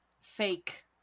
fake